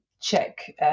check